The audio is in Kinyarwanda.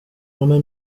hano